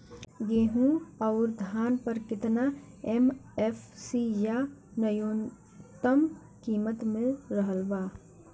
गेहूं अउर धान पर केतना एम.एफ.सी या न्यूनतम कीमत मिल रहल बा?